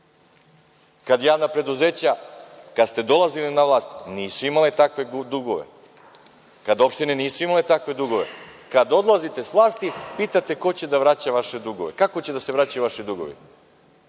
Kad javna preduzeća, kada ste dolazili na vlast, nisu imala takve dugove, kad opštine nisu imale takve dugove, kad odlazite sa vlasti pitate ko će da vraća vaše dugove, kako će da se vraćaju vaši dugovi.